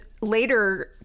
later